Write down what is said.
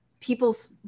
people's